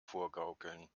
vorgaukeln